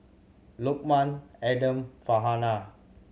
Lokman Adam Farhanah